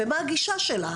ומה הגישה שלה?